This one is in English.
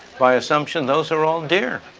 by assumption, those are all dear.